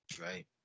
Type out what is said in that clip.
Right